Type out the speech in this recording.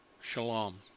Shalom